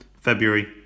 February